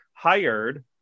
hired